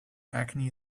acne